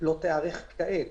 לא תיערך כעת